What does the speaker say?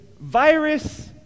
virus